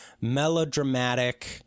melodramatic